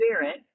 Spirit